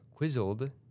Quizzled